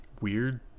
weird